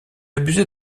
abusé